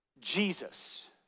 Jesus